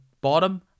bottom